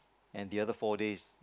and the other four days